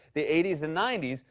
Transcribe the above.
the eighty s and ninety s,